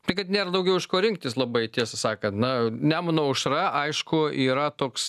tai kad nėr daugiau iš ko rinktis labai tiesą sakant na nemuno aušra aišku yra toks